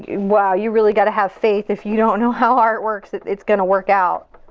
wow you really gotta have faith, if you don't know how art works, that it's gonna work out.